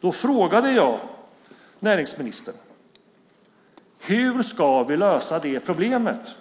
Då frågade jag näringsministern: Hur ska vi lösa det problemet?